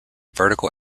vertical